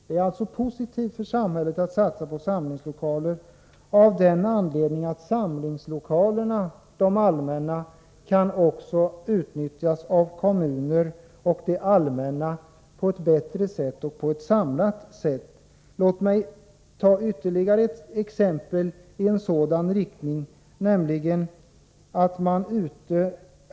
Det är alltså positivt för samhället att satsa på samlingslokaler av den anledningen att de allmänna samlingslokalerna kan utnyttjas av kommunerna och det allmänna på ett bättre sätt och på ett samlat sätt. Låt mig ta ytterligare ett exempel i denna rikning.